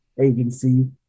agency